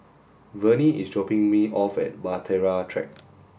Vernie is dropping me off at Bahtera Track